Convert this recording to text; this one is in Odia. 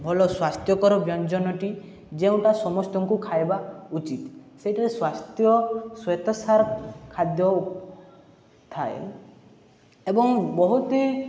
ଭଲ ସ୍ୱାସ୍ଥ୍ୟକର ବ୍ୟଞ୍ଜନଟି ଯେଉଁଟା ସମସ୍ତଙ୍କୁ ଖାଇବା ଉଚିତ ସେଇଠାରେ ସ୍ୱାସ୍ଥ୍ୟ ଶ୍ୱେତସାର ଖାଦ୍ୟ ଥାଏ ଏବଂ ବହୁତ